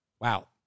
Wow